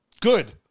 good